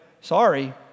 sorry